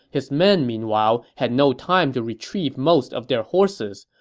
his men, meanwhile, had no time to retrieve most of their horses.